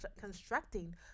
constructing